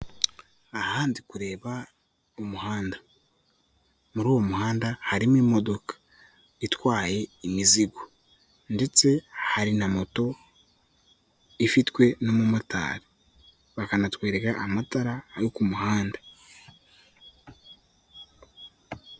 Aha ndi kureba umuhanda, muri uwo muhanda harimo imodoka itwaye imizigo ndetse hari na moto ifitwe n'umumotari, bakanatwereka amatara yo ku muhanda.